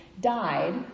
died